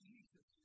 Jesus